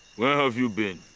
where have you been?